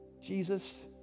Jesus